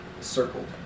circled